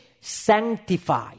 sanctify